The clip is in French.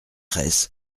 reiss